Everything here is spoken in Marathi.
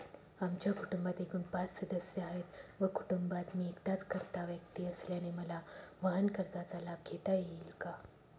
आमच्या कुटुंबात एकूण पाच सदस्य आहेत व कुटुंबात मी एकटाच कर्ता व्यक्ती असल्याने मला वाहनकर्जाचा लाभ घेता येईल का?